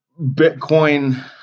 Bitcoin